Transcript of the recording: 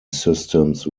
systems